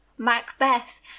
Macbeth